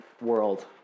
World